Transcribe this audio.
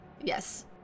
Yes